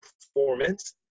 performance